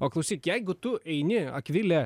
o klausyk jeigu tu eini akvile